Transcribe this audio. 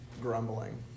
grumbling